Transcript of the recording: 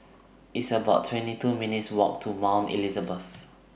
It's about twenty two minutes' Walk to Mount Elizabeth